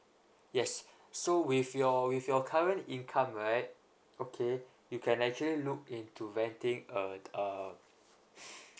yes so with your with your current income right okay you can actually look into renting uh uh